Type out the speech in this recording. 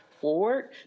forward